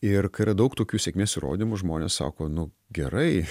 ir kai yra daug tokių sėkmės įrodymų žmonės sako nu gerai